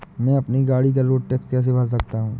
मैं अपनी गाड़ी का रोड टैक्स कैसे भर सकता हूँ?